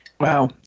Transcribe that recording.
Wow